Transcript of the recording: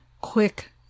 quick